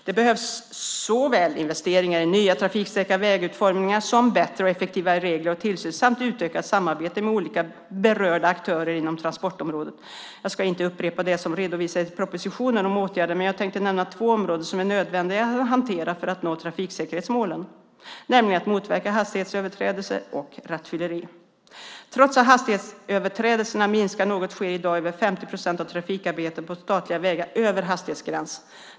Det behövs såväl investeringar i nya trafiksäkra vägutformningar som bättre och effektivare regler och tillsyn samt utökat samarbete med olika berörda aktörer inom transportområdet. Jag ska inte upprepa det som redovisas i propositionen om åtgärder men jag tänkte nämna två områden som är nödvändiga att hantera för att nå trafiksäkerhetsmålen, nämligen att motverka hastighetsöverträdelser och rattfylleri. Trots att hastighetsöverträdelserna minskar något sker i dag över 50 procent av trafikarbetet på statliga vägar över hastighetsgräns.